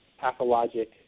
pathologic